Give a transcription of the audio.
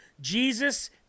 Jesus